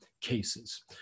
cases